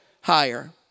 higher